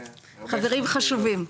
חברים חשובים,